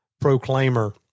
proclaimer